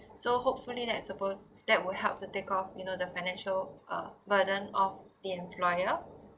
so hopefully that suppose that will help to take off you know the financial uh burden of the employer